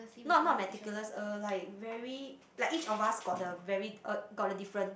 not not meticulous uh like very like each of us got the very uh got the different